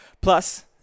Plus